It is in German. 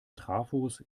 trafos